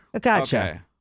Gotcha